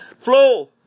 flow